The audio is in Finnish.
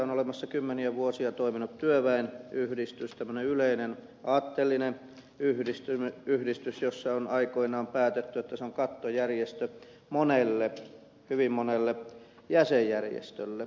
on olemassa kymmeniä vuosia toiminut työväenyhdistys tämmöinen yleinen aatteellinen yhdistys jossa on aikoinaan päätetty että se on kattojärjestö monelle hyvin monelle jäsenjärjestölle